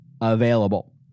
available